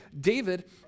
David